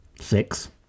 six